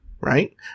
right